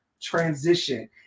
transition